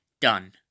done